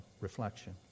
reflection